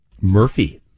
Murphy